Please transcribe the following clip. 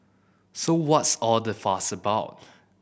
so what's all the fuss about